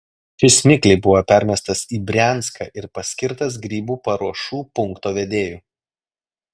šis mikliai buvo permestas į brianską ir paskirtas grybų paruošų punkto vedėju